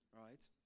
right